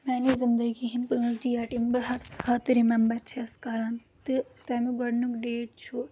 میانہِ زندگی ہٕنٛدۍ پانٛژھ ڈیٹ یِم بہٕ ہر ساتہٕ رِمیمبر چھَس کَران تہٕ تمیُک گۄڈنیُک ڈیٹ چھُ